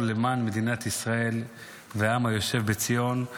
למדינת ישראל והעם היושב בציון.